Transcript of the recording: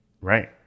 Right